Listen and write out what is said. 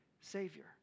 Savior